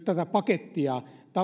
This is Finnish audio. tätä pakettia